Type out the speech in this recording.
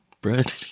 bread